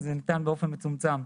רק בשעות מצומצמות,